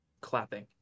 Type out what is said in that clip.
clapping